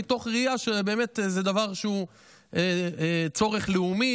מתוך ראייה שזה צורך לאומי,